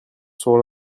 sur